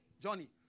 Johnny